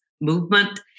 movement